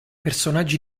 personaggi